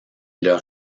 leur